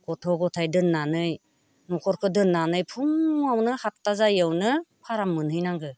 गथ' गथाय दोननानै न'खरखौ दोननानै फुङावनो सातता जायियावनो फाराम मोनहैनांगौ